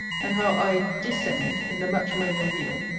and how i descend, in the matrimonial wheel,